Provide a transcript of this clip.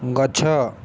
ଗଛ